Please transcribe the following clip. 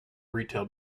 retail